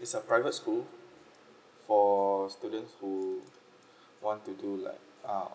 it's a private school for students who want to do like uh